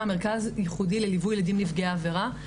מרכז ייחודי לליווי ילדים נפגעי עבירה,